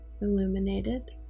illuminated